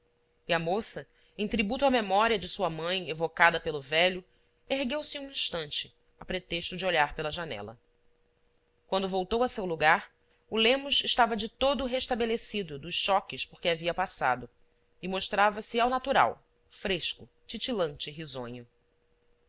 e a moça em tributo à memória de sua mãe evocada pelo velho ergueu-se um instante a pretexto de olhar pela janela quando voltou a seu lugar o lemos estava de todo restabelecido dos choques por que havia passado e mostrava-se ao natural fresco titilante e risonho